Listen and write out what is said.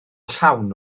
llawn